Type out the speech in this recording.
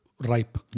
ripe